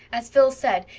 as phil said,